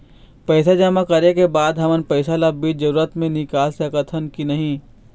पैसा जमा करे के बाद हमन पैसा ला बीच जरूरत मे निकाल सकत हन की नहीं?